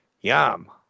yum